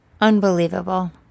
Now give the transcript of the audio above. Unbelievable